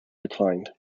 declined